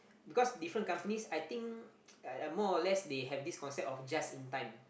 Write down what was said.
because different companies I think uh uh more or less they have this concept of just in time